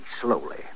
slowly